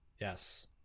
Yes